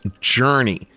Journey